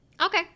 Okay